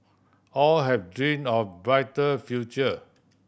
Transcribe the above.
all had dream of brighter future